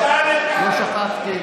הם לא קראו לו בשם הפרטי.